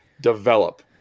Develop